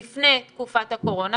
שנים לפני תקופת הקורונה.